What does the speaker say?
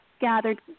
gathered